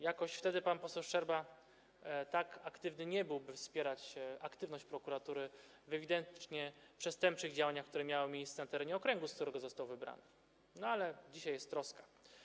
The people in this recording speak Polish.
Jakoś wtedy pan poseł Szczerba tak aktywny nie był, by wpierać aktywność prokuratury w ewidentnie przestępczych działaniach, które miały miejsce na terenie okręgu, z którego został wybrany, ale dzisiaj jest troska.